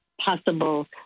possible